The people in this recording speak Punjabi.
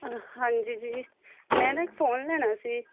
ਹਾਂਜੀ ਜੀ ਮੈਂ ਨਾ ਇੱਕ ਫੋਨ ਲੈਣਾ ਸੀ